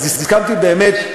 הסכמנו באמת,